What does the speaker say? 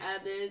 others